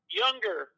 younger